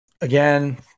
Again